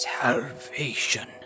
Salvation